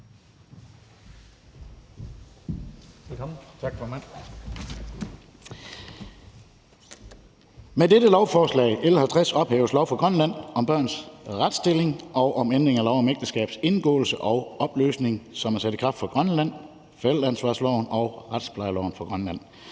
Med dette lovforslag, L 50, ophæves der regler i lov for Grønland om børns retsstilling og sker ændring i lov om ægteskabs indgåelse og opløsning, som er sat i kraft for Grønland, i forældreansvarsloven og retsplejeloven for Grønland.